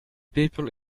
people